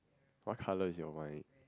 what colour is your wine